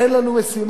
אין לנו משימות?